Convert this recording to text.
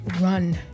run